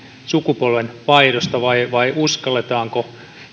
sukupolvenvaihdosta vai vai uskalletaanko